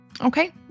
Okay